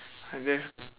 I guess